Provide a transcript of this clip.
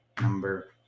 number